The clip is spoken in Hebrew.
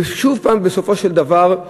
ששוב, בסופו של דבר,